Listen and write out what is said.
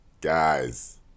guys